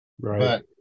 Right